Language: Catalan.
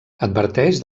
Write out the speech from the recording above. adverteix